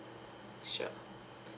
sure